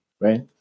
Right